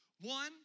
one